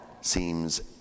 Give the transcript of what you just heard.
seems